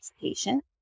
patient